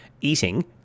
eating